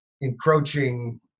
encroaching